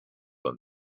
him